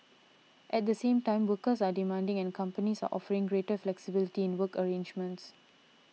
at the same time workers are demanding and companies are offering greater flexibility in work arrangements